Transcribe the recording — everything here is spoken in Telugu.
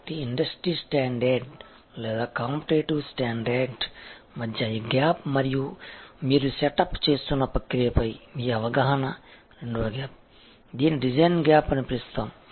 కాబట్టి ఇండస్ట్రీ స్టాండర్డ్ లేదా కాంపిటీటివ్ స్టాండర్డ్ మధ్య ఈ గ్యాప్ మరియు మీరు సెటప్ చేస్తున్న ప్రక్రియ పై మీ అవగాహన రెండవ గ్యాప్ దీనిని డిజైన్ గ్యాప్ అని పిలుస్తాము